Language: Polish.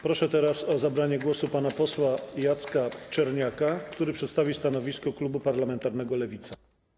Proszę o zabranie głosu pana posła Jacka Czerniaka, który przedstawi stanowisko klubu parlamentarnego Lewica.